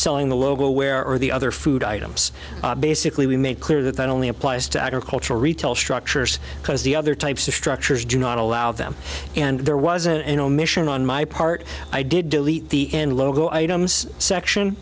selling the logo where are the other food items basically we make clear that that only applies to agricultural retail structures because the other types of structures do not allow them and there was an omission on my part i did delete the and logo items section